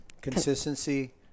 consistency